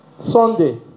Sunday